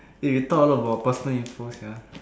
eh you talk a lot about personal info sia